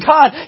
God